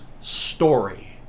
story